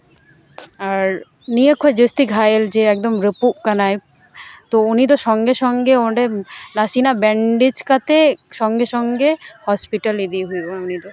ᱟᱨ ᱱᱤᱭᱟᱹ ᱠᱷᱚᱡ ᱡᱟᱹᱥᱛᱤ ᱜᱷᱟᱭᱮᱞ ᱡᱮ ᱮᱠᱫᱚᱢ ᱨᱟᱹᱯᱩᱫ ᱠᱟᱱᱟᱭ ᱛᱚ ᱩᱱᱤᱫᱚ ᱥᱚᱝᱜᱮ ᱥᱚᱝᱜᱮ ᱚᱸᱰᱮᱱᱟᱥᱮᱱᱟᱜ ᱵᱮᱱᱰᱮᱡᱽ ᱠᱟᱛᱮ ᱥᱚᱸᱜᱮ ᱥᱚᱝᱜᱮ ᱦᱚᱥᱯᱤᱴᱟᱞ ᱤᱫᱤᱭᱮ ᱦᱩᱭᱩᱜᱼᱟ ᱩᱱᱤ ᱫᱚ